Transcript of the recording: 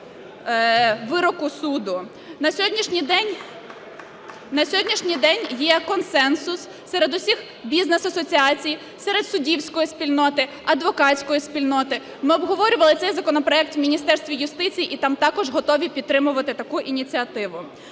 На сьогоднішній день є консенсус серед усіх бізнес-асоціацій, серед суддівської спільноти, адвокатської спільноти. Ми обговорювали цей законопроект в Міністерстві юстиції, і там також готові підтримувати таку ініціативу.